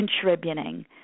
contributing